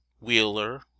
Wheeler